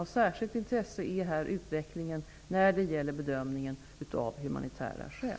Av särskilt intresse är här utvecklingen när det gäller bedömningen av humanitära skäl.